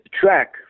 track